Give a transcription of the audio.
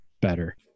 better